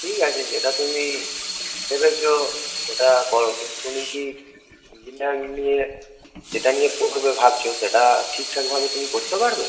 ঠিক আছে যেটা তুমি ভেবেছো সেটা করো কিন্তু তুমি কি নিয়ে যেটা নিয়ে পড়বে ভাবছো সেটা ঠিকঠাকভাবে তুমি করতে পারবে